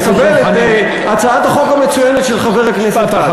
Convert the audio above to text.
היא תקבל את הצעת החוק המצוינת של חבר הכנסת כץ.